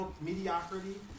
mediocrity